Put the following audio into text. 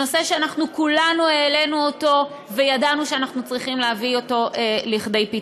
נושא שכולנו העלינו וידענו שאנחנו צריכים להביא אותו לפתרון.